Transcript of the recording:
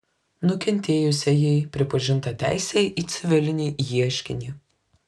nukentėjusiajai pripažinta teisė į civilinį ieškinį